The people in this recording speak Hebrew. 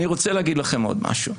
אני רוצה להגיד לכם עוד משהו.